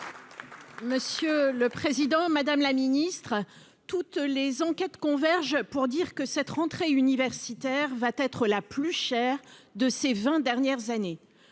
Monsieur le Président, Madame la Ministre, toutes les enquêtes convergent pour dire que cette rentrée universitaire va être la plus chère de ces 20 dernières années,